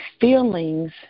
feelings